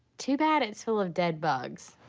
too bad it's full of dead bugs.